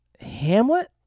Hamlet